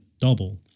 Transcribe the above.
double